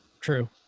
True